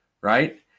right